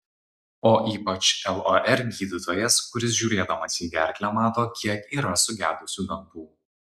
o ypač lor gydytojas kuris žiūrėdamas į gerklę mato kiek yra sugedusių dantų